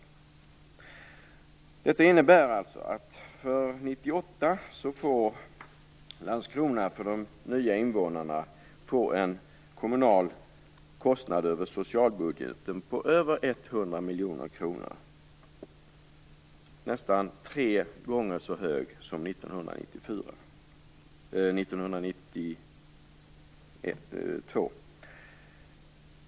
För 1998 får Landskrona för de nya invånarna en kommunal kostnad över socialbudgeten på över 100 miljoner - nästan en tre gånger så hög kostnad jämfört med kostnaden 1992.